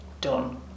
done